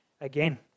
again